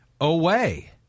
away